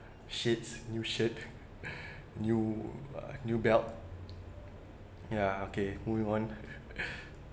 sheets new shirt new uh new belt ya okay moving on